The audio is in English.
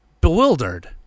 bewildered